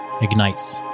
ignites